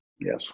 Yes